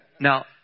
Now